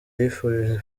yifurije